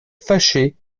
fâché